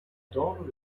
daughter